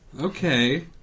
Okay